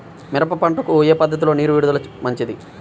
మిరప పంటకు ఏ పద్ధతిలో నీరు విడుదల మంచిది?